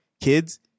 kids